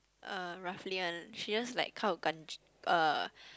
uh roughly ah she just like uh